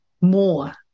more